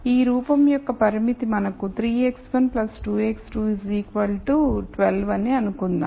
ఈ రూపం యొక్క పరిమితి మనకు 3 x1 2 x2 12 అని అనుకుందాం